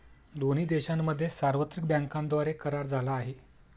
दोन्ही देशांमध्ये सार्वत्रिक बँकांद्वारे करार झाला आहे